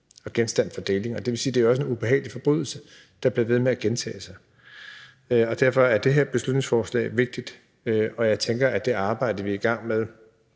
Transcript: genstand for deling. Det vil sige, at det også er en ubehagelig forbrydelse, der bliver ved med at gentage sig. Derfor er det her beslutningsforslag vigtigt, og jeg tænker, at det arbejde, vi er i gang med